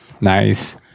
Nice